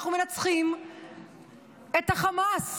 אנחנו מנצחים את חמאס?